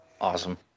Awesome